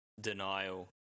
denial